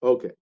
Okay